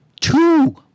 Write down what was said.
two